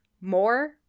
more